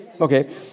Okay